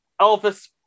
Elvis